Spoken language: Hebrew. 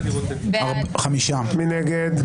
מי נגד?